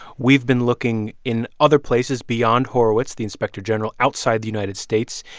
we've been looking in other places beyond horowitz, the inspector general, outside the united states.